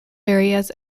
areas